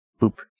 Boop